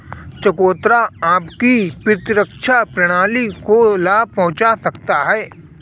चकोतरा आपकी प्रतिरक्षा प्रणाली को लाभ पहुंचा सकता है